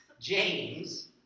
James